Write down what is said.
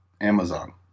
Amazon